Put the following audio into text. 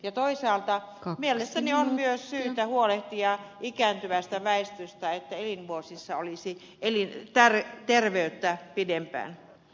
ja toisaalta mielestäni on myös syytä huolehtia ikääntyvästä väestöstä että elinvuosissa olisi terveyttä pidempään